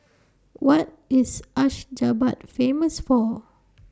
What IS Ashgabat Famous For